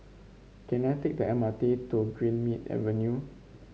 can I take the M R T to Greenmead Avenue